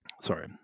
Sorry